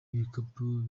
ibikapu